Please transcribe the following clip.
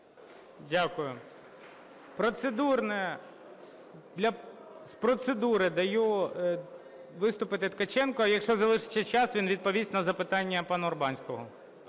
Дякую. Процедурне… З процедури даю виступити Ткаченку. Якщо залишиться час, він відповість на запитання пана Урбанського.